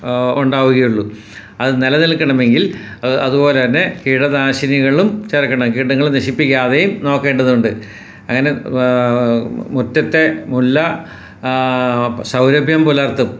ഉണ്ടാവുകയുള്ളു അത് നിലനിൽക്കണമെങ്കിൽ അതുപോലെ തന്നെ കീടനാശിനികളും ചേർക്കണം കീടങ്ങള് നശിപ്പിക്കാതേയും നോക്കേണ്ടതുണ്ട് അങ്ങനെ മുറ്റത്തെ മുല്ല സൗരഭ്യം പുലർത്തും